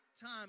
time